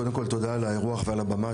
קודם כל תודה על האירוח ועל הבמה,